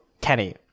Kenny